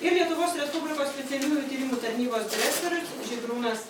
ir lietuvos respublikos specialiųjų tyrimų tarnybos direktorius žydrūnas